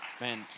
Man